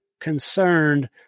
concerned